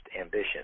ambition